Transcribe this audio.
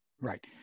Right